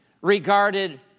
regarded